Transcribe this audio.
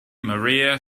maria